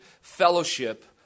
fellowship